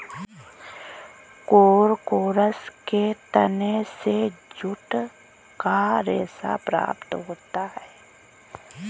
Corchorus के तने से जूट का रेशा प्राप्त होता है